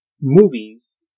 movies